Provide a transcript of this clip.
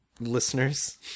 Listeners